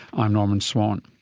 i'm norman swan.